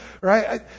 right